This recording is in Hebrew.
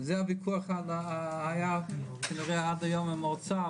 זה הוויכוח שהיה וקורה עד היום עם האוצר,